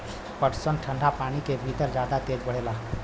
पटसन ठंडा पानी के भितर जादा तेज बढ़ेला